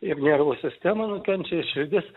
ir nervų sistema nukenčia ir širdis